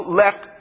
left